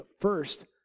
First